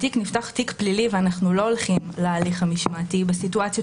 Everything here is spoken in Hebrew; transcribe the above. נפתח תיק פלילי ואנחנו לא הולכים להליך המשמעתי בסיטואציות